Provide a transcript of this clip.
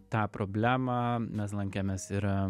tą problemą mes lankėmės ir